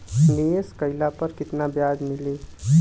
निवेश काइला पर कितना ब्याज मिली?